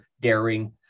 daring